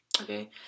okay